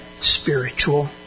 spiritual